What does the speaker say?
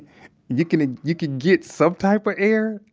you can you can get some type of air.